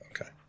okay